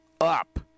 up